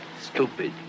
Stupid